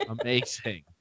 Amazing